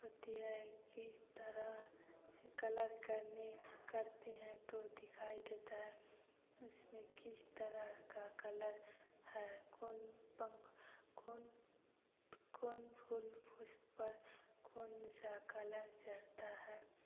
होती है किस तरह से कलर करने करते हैं तो दिखाई देता है उसमें किस तरह का कलर है कौन पंख कौन कौन फूल उस पर कौन सा कलर चढ़ता है